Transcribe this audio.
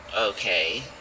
Okay